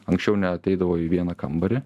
anksčiau neateidavo į vieną kambarį